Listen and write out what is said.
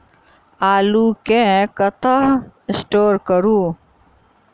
आलु केँ कतह स्टोर करू?